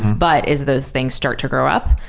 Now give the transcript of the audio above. but as those thing start to grow up,